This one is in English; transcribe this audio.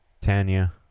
Tanya